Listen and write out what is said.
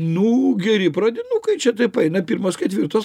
nu geri pradinukai čia taip aina pirmos ketvirtos